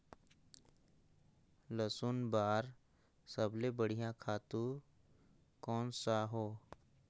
लसुन बार सबले बढ़िया खातु कोन सा हो?